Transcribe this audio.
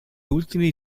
ultimi